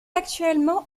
actuellement